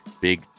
big